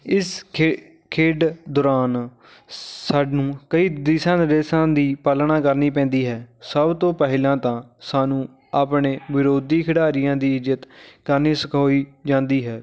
ਇਸ ਖੇ ਖੇਡ ਦੌਰਾਨ ਸਾਨੂੰ ਕਈ ਦਿਸ਼ਾ ਨਿਰਦੇਸ਼ਾਂ ਦੀ ਪਾਲਣਾ ਕਰਨੀ ਪੈਂਦੀ ਹੈ ਸਭ ਤੋਂ ਪਹਿਲਾਂ ਤਾਂ ਸਾਨੂੰ ਆਪਣੇ ਵਿਰੋਧੀ ਖਿਡਾਰੀਆਂ ਦੀ ਜਿੱਤ ਕਰਨੀ ਸਿਖਾਈ ਜਾਂਦੀ ਹੈ